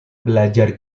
belajar